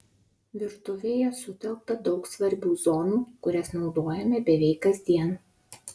virtuvėje sutelkta daug svarbių zonų kurias naudojame beveik kasdien